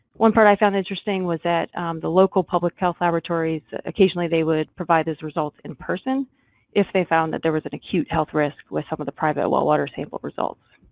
one part i found interesting was that the local public health laboratories, occasionally they would provide those results in person if they found that there was an acute health risk with some of the private water sample results.